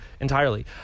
entirely